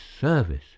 service